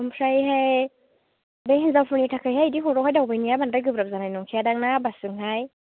ओमफ्रायहाय बे हिन्जावफोरनि थाखायहाय इदि हरावहाय दावबायनाया बांद्राय गोब्राब जानाय नंखायादां ना बासजोंहाय